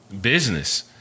business